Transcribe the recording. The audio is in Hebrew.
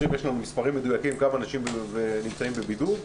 בסך הכול יש לנו מספרים מדויקים כמה אנשים נמצאים בבידוד.